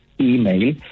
email